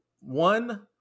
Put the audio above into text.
One